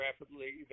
rapidly